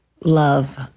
love